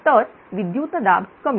तर विद्युतदाब कमी